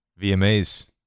VMAs